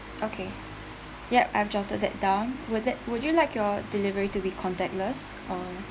okay ya I have jotted that down would that would you like your delivery to be contactless or